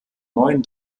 neuen